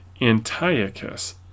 Antiochus